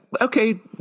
okay